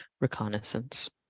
reconnaissance